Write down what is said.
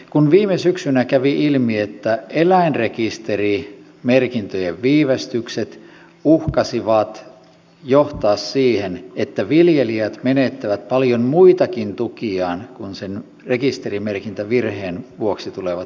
kun viime syksynä kävi ilmi että eläinrekisterimerkintöjen viivästykset uhkasivat johtaa siihen että viljelijät menettävät paljon muitakin tukiaan kuin ne rekisterimerkintävirheen vuoksi tulevat sanktiot